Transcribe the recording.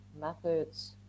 methods